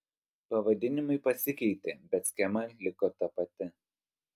pavadinimai pasikeitė bet schema liko ta pati